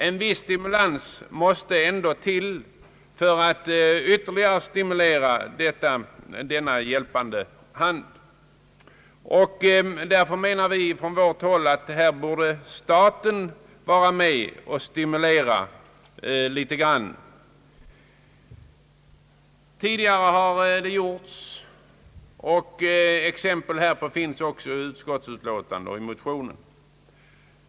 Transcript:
En viss stimulans måste ändå till för att ytterligare animera denna hjälpande hand. Därför anser vi att staten borde vara med och stimulera litet grand liksom man har gjort förut. Exempel härpå finns också omnämnda i utskottsutlåtandet och i motionen.